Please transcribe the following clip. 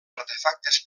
artefactes